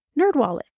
Nerdwallet